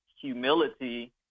humility